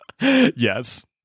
yes